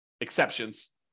exceptions